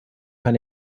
kann